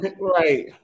Right